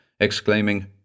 exclaiming